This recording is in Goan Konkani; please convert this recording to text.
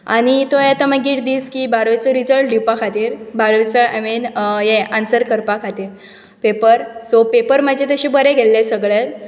आनी तो येता मागीर दीस की बारावेचो रिजल्ट दिवपा खातीर बारावेचो आय मीन ए आन्सर करपा खातीर पेपर सो पेपर म्हजे तशे बरे गेल्ले सगळे